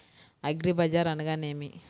అగ్రిబజార్ అనగా నేమి?